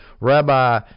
Rabbi